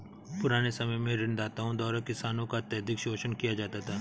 पुराने समय में ऋणदाताओं द्वारा किसानों का अत्यधिक शोषण किया जाता था